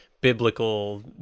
biblical